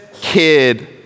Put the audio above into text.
kid